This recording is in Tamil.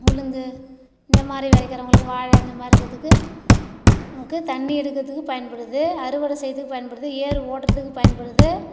உளுந்து இந்த மாதிரி விளைக்கிறவங்களுக்கு வாழை இந்த மாதிரி இருக்கிறத்துக்கு நமக்கு தண்ணி எடுக்குறதுக்கு பயன்படுது அறுவடை செய்யறதுக்கு பயன்படுது ஏர் ஓட்டுறதுக்கு பயன்படுது